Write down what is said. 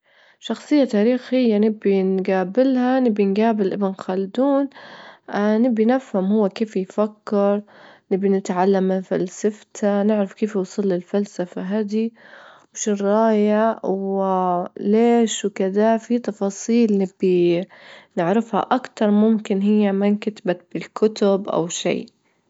شخصية تاريخية نبي نجابلها، نبي نجابل ابن خلدون نبي نفهم هو كيف يفكر، نبي نتعلم من فلسفته، نعرف كيف وصل للفلسفة هذي، وش الراية وليش وكذا، في تفاصيل نبي نعرفها أكتر ممكن هي ما إنكتبت بالكتب أو شي.